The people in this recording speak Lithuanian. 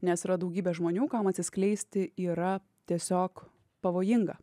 nes yra daugybė žmonių kam atsiskleisti yra tiesiog pavojinga